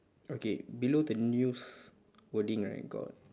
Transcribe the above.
okay below the news wording right got